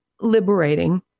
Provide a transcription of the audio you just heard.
liberating